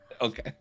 Okay